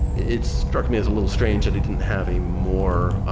it struck me as a little strange that it didn't have a more,